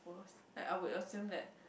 like I would assume that